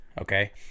Okay